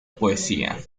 poesía